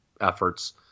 efforts